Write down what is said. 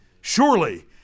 Surely